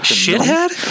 shithead